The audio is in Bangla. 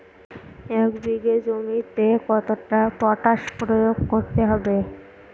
এক বিঘে জমিতে কতটা পটাশ প্রয়োগ করতে হবে?